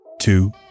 two